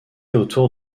autour